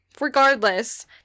Regardless